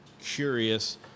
curious